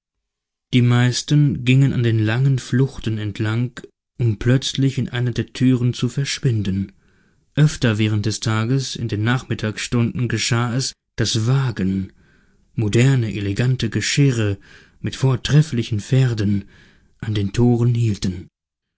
die meisten gingen an den langen fluchten entlang um plötzlich in einer der türen zu verschwinden öfter während des tages in den nachmittagsstunden geschah es daß wagen moderne elegante geschirre mit vortrefflichen pferden an den toren hielten